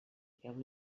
feu